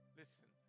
listen